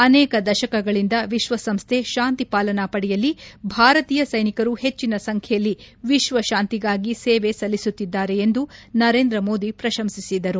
ಅನೇಕ ದಶಕಗಳಿಂದ ವಿಶ್ವಸಂಸ್ಥೆ ಶಾಂತಿ ಪಾಲನಾ ಪಡೆಯಲ್ಲಿ ಭಾರತೀಯ ಸೈನಿಕರು ಹೆಚ್ಚಿನ ಸಂಖ್ಯೆಯಲ್ಲಿ ವಿಶ್ವಶಾಂತಿಗಾಗಿ ಸೇವೆ ಸಲ್ಲಿಸುತ್ತಿದ್ದಾರೆ ಎಂದು ನರೇಂದ್ರ ಮೋದಿ ಪ್ರಶಂಸಿಸಿದರು